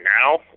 now